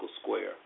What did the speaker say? Square